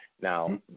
now